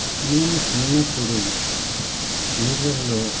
మేము చిన్నప్పుడు నీళ్ళలో